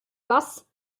was